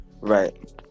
Right